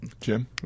Jim